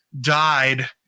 died